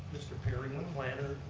mr. perry, the planner. oh,